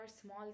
small